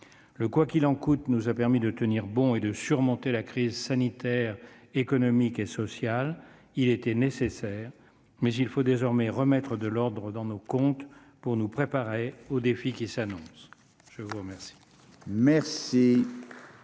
Le « quoi qu'il en coûte » nous a permis de tenir bon et de surmonter la crise sanitaire, économique et sociale. Il était nécessaire. Mais il faut désormais remettre de l'ordre dans nos comptes, pour nous préparer aux défis qui s'annoncent. La parole